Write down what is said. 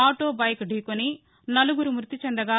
auto bike ఢీకొని నలుగురు మృతి చెందగా